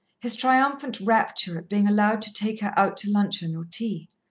his triumphant rapture at being allowed to take her out to luncheon or tea.